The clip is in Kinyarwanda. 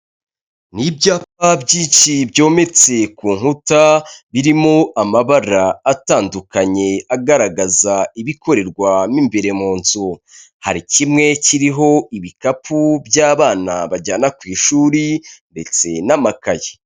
Ni ibyapa byinshi byometse ku nkuta birimo amabara atandukanye agaragaza ibikorerwa mo imbere mu nzu hari kimwe kiriho ibikapu by'abana bajyana ku ishuri ndetse n'amakaye.